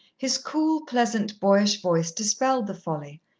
his cool, pleasant, boyish voice dispelled the folly,